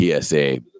PSA